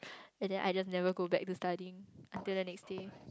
and then I just never go back to studying until the next day